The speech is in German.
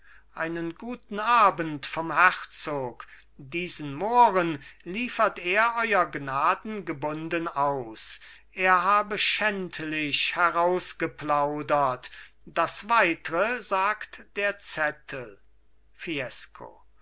einen guten abend vom herzog diesen mohren liefert er euer gnaden gebunden aus er habe schändlich herausgeplaudert das weitre sagt der zettel fiesco